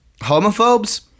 Homophobes